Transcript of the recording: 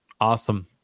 Awesome